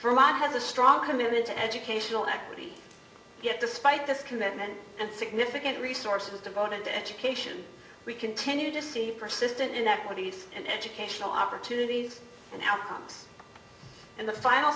for mine has a strong commitment to educational equity yet despite this commitment and significant resources devoted to education we continue to see persistent inequities in educational opportunities and outcomes and the final